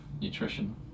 nutrition